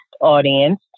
audience